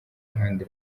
iruhande